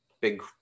big